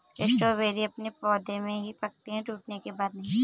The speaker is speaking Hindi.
स्ट्रॉबेरी अपने पौधे में ही पकते है टूटने के बाद नहीं